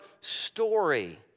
story